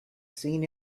seen